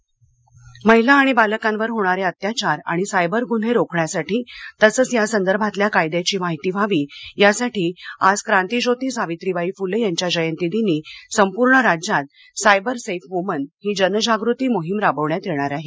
cyber जनजागती महिला आणि बालकांवर होणारे अत्याचार आणि सायबर गुन्हे रोखण्यासाठी तसंच यासंदर्भातल्या कायद्याची माहिती व्हावी यासाठी आज क्रांतीज्योती सावित्रीबाई फुले यांच्या जयंतीदिनी संपूर्ण राज्यात सायबर सेफ वूमन ही जनजागृती मोहीम राबवण्यात येणार आहे